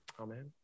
amen